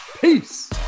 peace